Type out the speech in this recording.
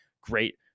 great